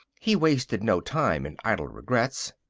he wasted no time in idle regrets.